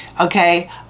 okay